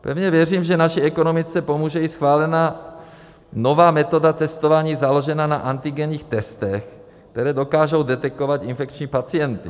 Pevně věřím, že naší ekonomice pomůže i schválená nová metoda testování založená na antigenních testech, které dokážou detekovat infekční pacienty.